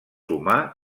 humà